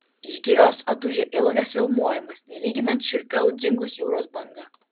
iš girios atūžė ilgas riaumojimas nelyginant šiurpi audringos jūros banga